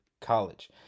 college